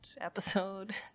episode